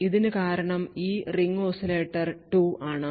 ഇതിന് കാരണം ഈ റിംഗ് ഓസിലേറ്റർ 2 ആണ്